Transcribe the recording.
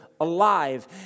alive